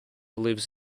lives